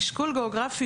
אישכול גיאוגרפי